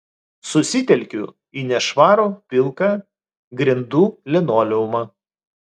susitelkiu į nešvarų pilką grindų linoleumą